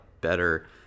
better